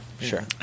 sure